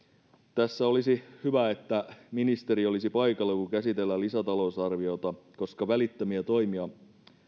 olisi hyvä että ministeri olisi paikalla kun käsitellään lisätalousarviota koska välittömiä toimia